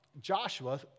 Joshua